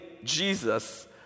Jesus